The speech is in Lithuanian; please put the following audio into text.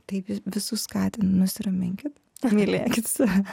taip visus skatinu nusiraminkit pamylėkit save